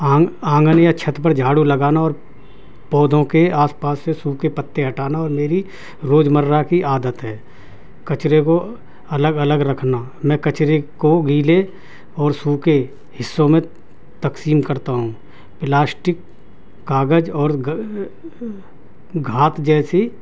آنگ آنگن یا چھت پر جھاڑو لگانا اور پودوں کے آس پاس سے سوکھے پتے ہٹانا اور میری روز مرہ کی عادت ہے کچرے کو الگ الگ رکھنا میں کچرے کو گیلے اور سوکھے حصوں میں تقسیم کرتا ہوں پلاسٹک کاغذ اور گھاس جیسی